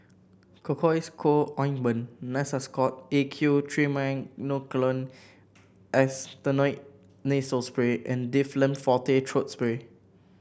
Cocois Co Ointment Nasacort A Q Triamcinolone Acetonide Nasal Spray and Difflam Forte Throat Spray